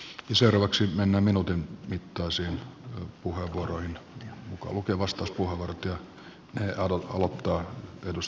seuraavaksi mennään minuutin mittaisiin puheenvuoroihin mukaan lukien vastauspuheenvuorot ja ne aloittaa edustaja salolainen